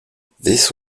this